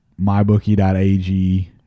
Mybookie.ag